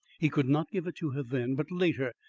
he could not give it to her then, but later,